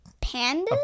panda